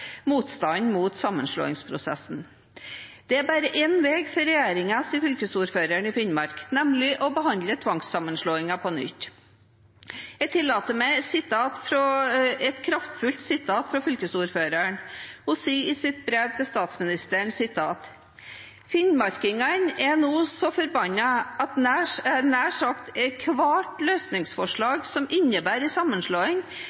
motstanden mot sammenslåingsprosessen. Det er bare en utvei for regjeringen, sier fylkesordføreren i Finnmark, nemlig å behandle tvangssammenslåingen på nytt. Jeg tillater meg et kraftfullt sitat fra fylkesordføreren. Hun sier i sitt brev til statsministeren: «Finnmarkingene er nå så forbannet at nær sagt ett hvert